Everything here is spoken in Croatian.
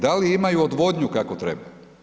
Da li imaju odvodnju kako treba?